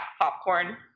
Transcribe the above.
popcorn